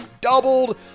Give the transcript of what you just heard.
doubled